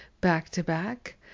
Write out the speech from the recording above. back-to-back